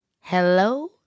Hello